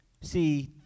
See